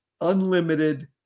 unlimited